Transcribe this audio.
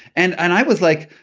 and and i was like,